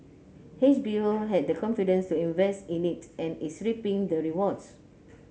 H B O had the confidence to invest in it and is reaping the rewards